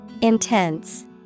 Intense